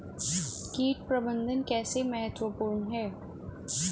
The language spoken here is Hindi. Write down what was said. कीट प्रबंधन कैसे महत्वपूर्ण है?